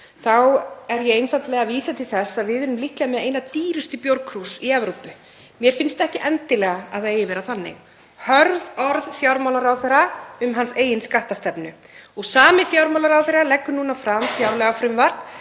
Þá er ég einfaldlega að vísa til þess að við erum líklega með eina dýrustu bjórkrús í Evrópu. Mér finnst ekki endilega að það eigi að vera þannig.“ Þetta eru hörð orð fjármálaráðherra um hans eigin skattastefnu. Sami fjármálaráðherra leggur núna fram fjárlagafrumvarp